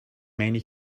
many